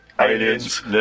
Aliens